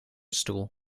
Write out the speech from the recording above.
stoel